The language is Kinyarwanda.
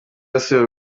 yasuye